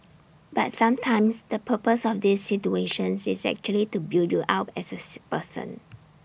but sometimes the purpose of these situations is actually to build you up as as person